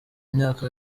myaka